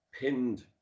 pinned